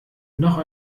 noch